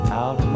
out